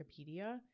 Wikipedia